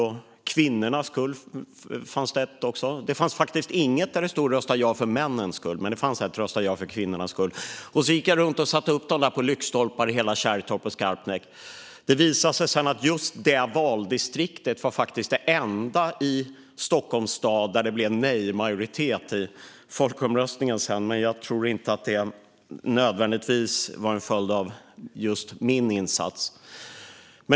Det fanns ett där det stod: Rösta ja för kvinnornas skull! Det fanns faktiskt inget där det stod: Rösta ja för männens skull! Men det fanns ett där det stod: Rösta ja för kvinnornas skull! Jag gick runt i hela Kärrtorp och Skarpnäck och satte upp klistermärken på lyktstolpar. Det visade sig sedan att det valdistriktet var det enda i Stockholms stad där det blev en nej-majoritet i folkomröstningen, men jag tror inte att det nödvändigtvis var en följd av just min insats.